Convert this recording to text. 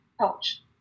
coach